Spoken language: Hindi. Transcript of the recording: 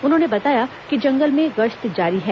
उन्होंने बताया कि जंगल में गश्त जारी है